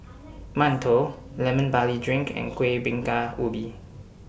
mantou Lemon Barley Drink and Kueh Bingka Ubi